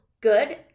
good